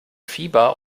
fieber